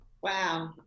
wow